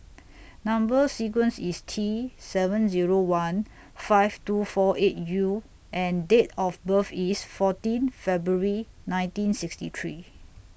Number sequence IS T seven Zero one five two four eight U and Date of birth IS fourteen February nineteen sixty three